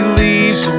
leaves